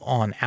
on